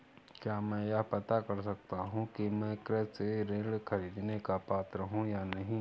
क्या मैं यह पता कर सकता हूँ कि मैं कृषि ऋण ख़रीदने का पात्र हूँ या नहीं?